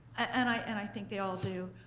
and i think they all do,